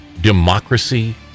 democracy